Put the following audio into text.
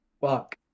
Fuck